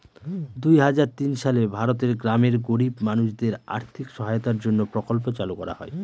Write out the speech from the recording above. দুই হাজার তিন সালে ভারতের গ্রামের গরিব মানুষদের আর্থিক সহায়তার জন্য প্রকল্প চালু করা হয়